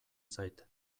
zait